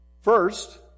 First